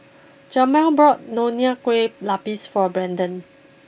Jamir bought Nonya Kueh Lapis for Braedon